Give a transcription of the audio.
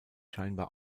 scheinbar